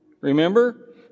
remember